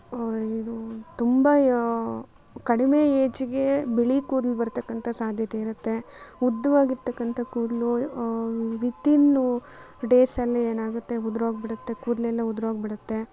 ಇದು ತುಂಬ ಯ ಕಡಿಮೆ ಏಜಿಗೆ ಬಿಳಿ ಕೂದ್ಲು ಬರತಕ್ಕಂಥ ಸಾಧ್ಯತೆ ಇರತ್ತೆ ಉದ್ದವಾಗಿರತಕ್ಕಂಥ ಕೂದಲು ವಿತ್ತಿನ್ನು ಡೇಸಲ್ಲೇ ಏನಾಗುತ್ತೆ ಉದುರೋಗ್ಬಿಡತ್ತೆ ಕೂದಲೆಲ್ಲ ಉದುರೋಗ್ಬಿಡತ್ತೆ